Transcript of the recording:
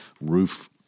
Roof